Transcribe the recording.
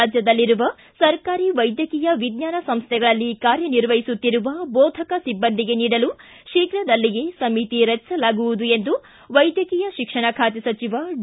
ರಾಜ್ಯದಲ್ಲಿರುವ ಸರ್ಕಾರಿ ವೈದ್ಯಕೀಯ ವಿಜ್ಞಾನ ಸಂಸೈಗಳಲ್ಲಿ ಕಾರ್ಯ ನಿರ್ವಹಿಸುತ್ತಿರುವ ಬೋಧಕ ಸಿಬ್ಬಂದಿಗೆ ನೀಡಲು ಶೀಘ್ರದಲ್ಲಿಯೇ ಸಮಿತಿ ರಚಿಸಲಾಗುವುದು ಎಂದು ವೈದ್ಯಕೀಯ ಶಿಕ್ಷಣ ಖಾತೆ ಸಚಿವ ಡಿ